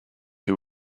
who